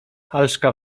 halszka